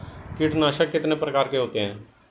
कीटनाशक कितने प्रकार के होते हैं?